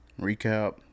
Recap